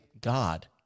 God